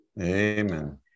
amen